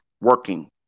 working